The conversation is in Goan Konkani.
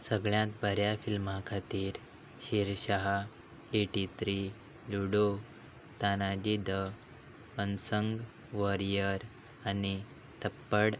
सगळ्यांत बऱ्या फिल्मां खातीर Shershaah eighty three Ludo Tanhaji the unsung warrior आनी थप्पड